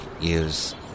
use